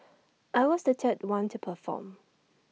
I was the third one to perform